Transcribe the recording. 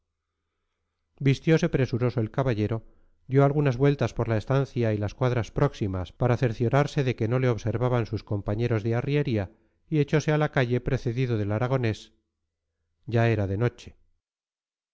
conviene vistiose presuroso el caballero dio algunas vueltas por la estancia y las cuadras próximas para cerciorarse de que no le observaban sus compañeros de arriería y echose a la calle precedido del aragonés ya era de noche